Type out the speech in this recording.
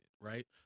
right